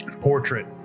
portrait